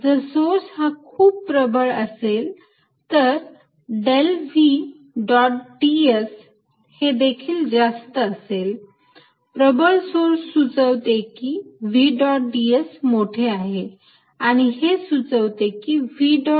जर सोर्स हा खूप प्रबळ असेल तर del v dot d s हे देखील जास्त असेल प्रबळ सोर्स सुचवते की v डॉट ds मोठे आहे आणि हे सुचवते की v